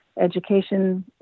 education